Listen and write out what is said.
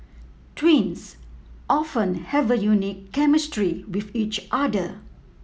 twins often have a unique chemistry with each other